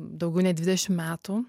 daugiau nei dvidešim metų